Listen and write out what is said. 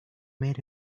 made